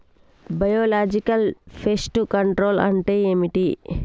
Biological pest control అంటే ఏమిటి?